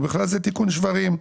ובכלל זה תיקון שברים,